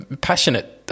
passionate